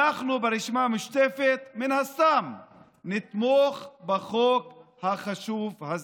אנחנו ברשימה המשותפת מן הסתם נתמוך בחוק החשוב הזה.